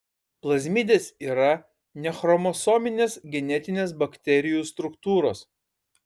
plazmidės yra nechromosominės genetinės bakterijų struktūros